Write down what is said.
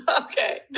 Okay